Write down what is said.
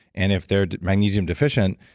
and if they're magnesium deficient,